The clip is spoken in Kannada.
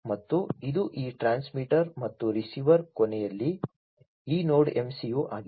ಮತ್ತು ಇದು ಈ ಟ್ರಾನ್ಸ್ಮಿಟರ್ ಮತ್ತು ರಿಸೀವರ್ ಕೊನೆಯಲ್ಲಿ ಈ ನೋಡ್ MCU ಆಗಿದೆ